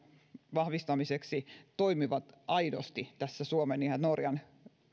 vahvistamiseksi toimivat aidosti suomen ja norjan